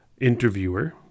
interviewer